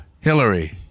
Hillary